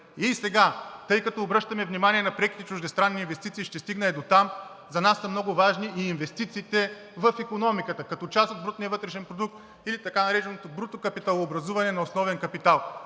Сега, тъй като обръщаме внимание на преките чуждестранни инвестиции, ще стигна и дотам. За нас са много важни инвестициите в икономиката, като част от брутния вътрешен продукт, или така нареченото бруто капиталообразуване на основен капитал.